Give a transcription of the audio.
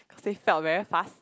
face type of very fast